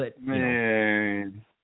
Man